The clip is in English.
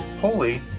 holy